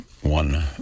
one